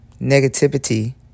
Negativity